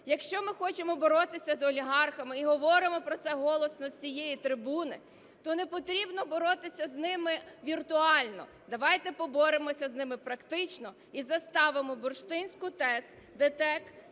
Якщо ми хочемо боротися з олігархами і говоримо про це голосно з цієї трибуни, то не потрібно боротися з ними віртуально. Давайте поборемося з ними практично і заставимо Бурштинську ТЕС, ДТЕК